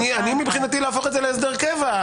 אני מבחינתי להפוך את זה להסדר קבע.